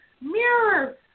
mirror